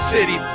City